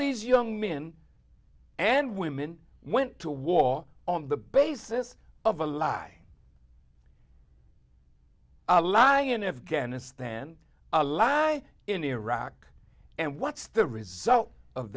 these young men and women went to war on the basis of a lie lie in afghanistan a lie in iraq and what's the result of